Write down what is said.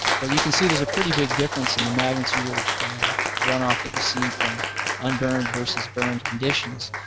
but you can see there's a pretty big difference in the magnitude of runoff that we see from unburned versus burned conditions,